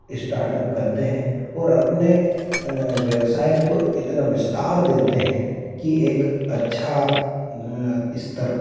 startup करते हैं और अपने व्यवसाय को इतना विस्तार देते हैं कि एक अच्छा स्तर